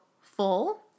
full